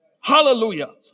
Hallelujah